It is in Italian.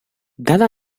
dalla